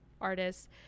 artists